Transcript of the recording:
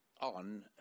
on